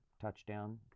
touchdown